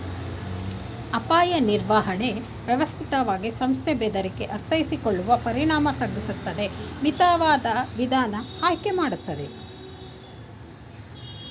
ಅಪಾಯ ನಿರ್ವಹಣೆ ವ್ಯವಸ್ಥಿತವಾಗಿ ಸಂಸ್ಥೆ ಬೆದರಿಕೆ ಅರ್ಥೈಸಿಕೊಳ್ಳುವ ಪರಿಣಾಮ ತಗ್ಗಿಸುತ್ತದೆ ಮಿತವಾದ ವಿಧಾನ ಆಯ್ಕೆ ಮಾಡ್ತದೆ